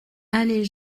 allée